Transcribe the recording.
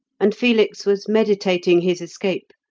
and felix was meditating his escape,